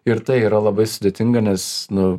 ir tai yra labai sudėtinga nes nu